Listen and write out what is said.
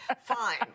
Fine